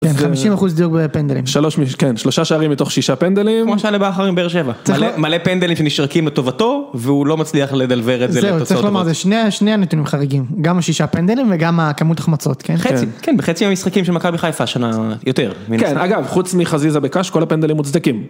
50% דיוק בפנדלים. שלושה שערים מתוך שישה פנדלים. כמו שהיה לבכר עם באר שבע. מלא פנדלים שנשרקים לטובתו, והוא לא מצליח לדלבר את זה לתוצאות. זהו, צריך לומר ששני הנתונים חריגים. גם השישה פנדלים וגם כמות החמצות. כן, בחצי המשחקים של מכבי חיפה השנה יותר. כן, אגב, חוץ מחזיזה בקש, כל הפנדלים מוצדקים.